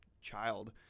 child